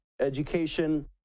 education